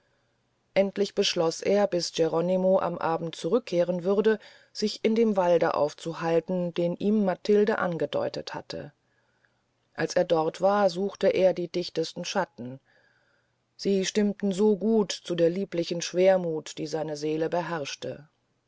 endlich beschloß er bis geronimo am abend wiederkehren würde sich in dem walde aufzuhalten den ihm matilde angedeutet hatte als er dort war suchte er die dichtesten schatten sie stimmten so gut zu der lieblichen schwermuth die seine seele beherrschte